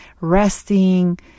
resting